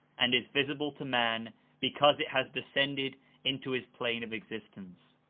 and is visible to man because it has de scended into his plane of existence.